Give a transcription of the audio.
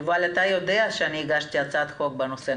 יובל, אתה יודע שאני הגשתי הצעת חוק בנושא.